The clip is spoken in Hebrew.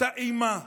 אותה אימה,